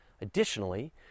Additionally